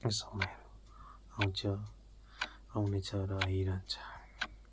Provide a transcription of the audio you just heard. समयहरू आउँछ आउनेछ र आइरहन्छ